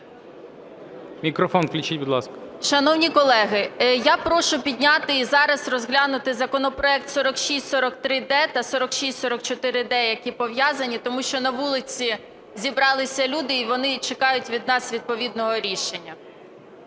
Мікрофон включіть, будь ласка. 14:03:34 СКОРОХОД А.К. Шановні колеги, я прошу підняти і зараз розглянути законопроект 4643-д та 4644-д, які пов'язані, тому що на вулиці зібралися люди, і вони чекають від нас відповідного рішення.